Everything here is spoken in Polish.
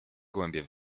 gołębie